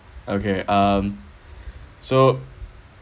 okay um so